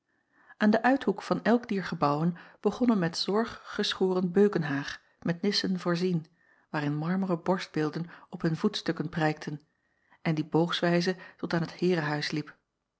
an den uithoek van elk dier gebouwen begon een met zorg geschoren beukenhaag met nissen voorzien waarin marmeren borstbeelden op hun voetstukken prijkten en die boogswijze tot aan het heerehuis liep